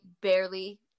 barely